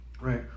right